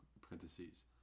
parentheses